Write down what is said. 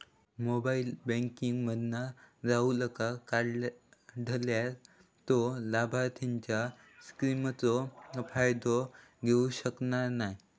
mobile banking मधना राहूलका काढल्यार तो लाभार्थींच्या स्किमचो फायदो घेऊ शकना नाय